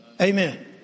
amen